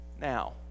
now